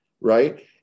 right